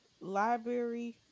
library